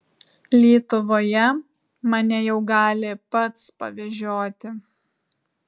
lietuvoje mane jau gali pats pavežioti